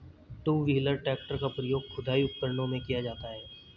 to wheeler tractor का प्रयोग खुदाई उपकरणों में किया जाता हैं